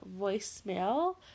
voicemail